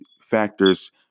factors